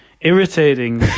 irritating